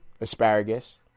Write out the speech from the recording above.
asparagus